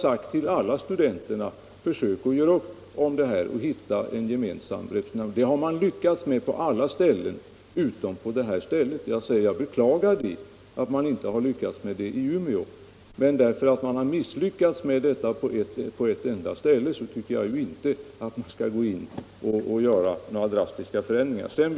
Vi har sagt till alla studenter att de skall försöka — Nr 13 göra upp om det här och hitta en gemensam representation. Det har man lyckats med på alla ställen utom i Umeå och jag beklagar detta. Men därför att man har misslyckats med detta på ett enda ställe, så tycker jag inte att man skall gå in och genomföra några drastiska för Om ekonomiskt ändringar.